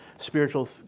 spiritual